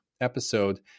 episode